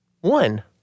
One